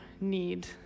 need